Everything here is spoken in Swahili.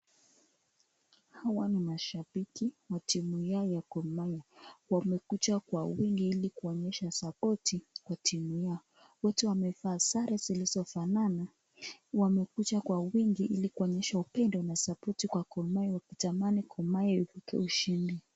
Hawa ni mashabiki wa timu hii ya Gor Mahia. Wamekuja kwa wingi ili kuonyesha sapoti kwa timu yao. Wote wamevaa sare zilizofanana. Wamekuja kwa wingi ili kuonyesha upendo na sapoti kwa Gor Mahia wakitamani Gor Mahia wapate ushindi.